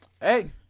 Hey